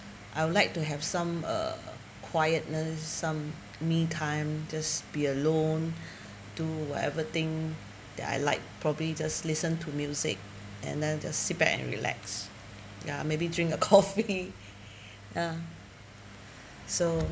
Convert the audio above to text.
I would like to have some uh quietness some me time just be alone to whatever thing that I like probably just listen to music and then just sit back and relax ya maybe drink a coffee ya so